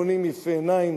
האדמוני יפה העיניים,